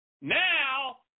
Now